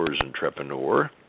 Entrepreneur